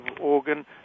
organ